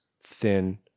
thin